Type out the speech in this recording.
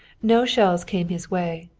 no shells came his way,